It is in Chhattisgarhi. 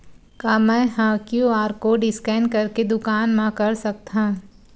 का मैं ह क्यू.आर कोड स्कैन करके दुकान मा कर सकथव?